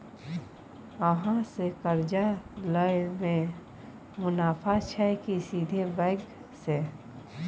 अहाँ से कर्जा लय में मुनाफा छै की सीधे बैंक से?